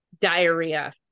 diarrhea